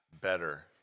Better